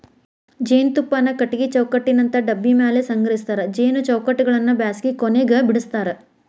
ಜೇನುತುಪ್ಪಾನ ಕಟಗಿ ಚೌಕಟ್ಟನಿಂತ ಡಬ್ಬಿ ಮ್ಯಾಲೆ ಸಂಗ್ರಹಸ್ತಾರ ಜೇನು ಚೌಕಟ್ಟಗಳನ್ನ ಬ್ಯಾಸಗಿ ಕೊನೆಗ ಬಿಡಸ್ತಾರ